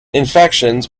infections